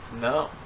No